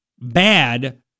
bad